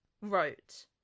wrote